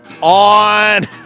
On